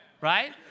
Right